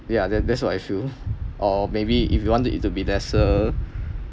yeah that~ that's what I feel or maybe if you wanted it to be lesser